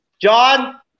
John